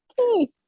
okay